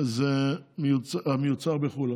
זה מיוצר בחו"ל,